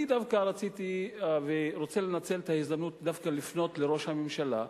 אני רוצה לנצל את ההזדמנות דווקא לפנות אל ראש הממשלה.